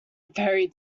very